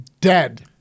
dead